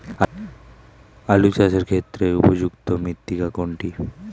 আলু চাষের ক্ষেত্রে উপযুক্ত মৃত্তিকা কোনটি?